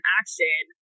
action